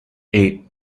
eight